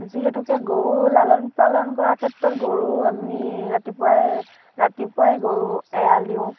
যিহেতুকে গৰুৰ লালন পালন কৰাৰ ক্ষেত্ৰত গৰু আমি ৰাতিপুৱাই ৰাতিপুৱাই গৰু এৰাল দিওঁ